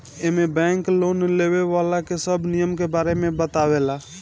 एमे bank loan लेवे वाला के सब नियम के बारे में बतावे ला